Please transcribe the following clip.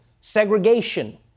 segregation